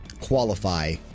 qualify